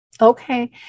Okay